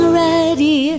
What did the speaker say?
ready